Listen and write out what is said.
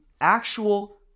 actual